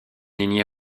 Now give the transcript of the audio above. lignée